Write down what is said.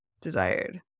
Desired